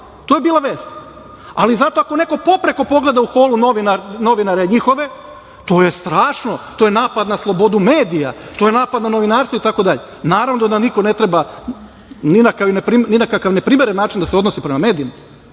To je bila vest. Ako neko popreko pogleda u holu novinare njihove, to je strašno, to je napad na slobodu medija, to je napad na novinarstvo itd. Naravno da niko ne treba ni na kakav neprimeren način da se odnosi prema medijima,